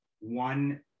one